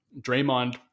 Draymond